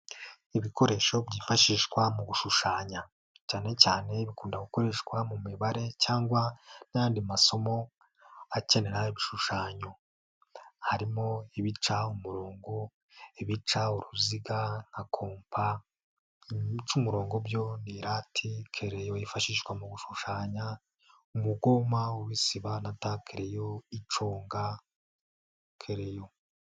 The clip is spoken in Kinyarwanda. Ibikoresho byifashishwa mu gushushanya. Cyane cyane bikunda gukoreshwa mu mibare cyangwa n'andi masomo, akenera ibishushanyo. Harimo ibica umurongo, ibica uruziga nka kompa, guca umurongo byo ni irati keleyo yifashishwa mu gushushanya, umugoma usiba, na takeleyo, iconga keleyo.